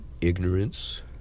ignorance